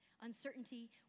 uncertainty